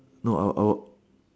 no I will I will